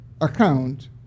account